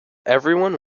everyone